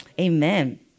Amen